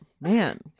man